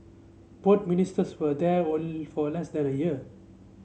ministers were there only for less than a year